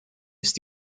ist